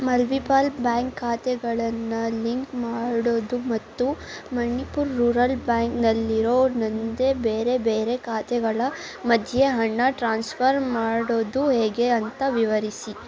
multiple bank ಖಾತೆಗಳನ್ನ link ಮಾಡೋದು ಮತ್ತು ಮಣಿಪುರ್ ರೂರಲ್ ಬ್ಯಾಂಕ್ನಲ್ಲಿರೋ ನನ್ನದೇ ಬೇರೆ ಬೇರೆ ಖಾತೆಗಳ ಮಧ್ಯೆ ಹಣ ಟ್ರಾನ್ಸ್ಫರ್ ಮಾಡೋದು ಹೇಗೆ ಅಂತ ವಿವರಿಸಿ